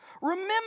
Remember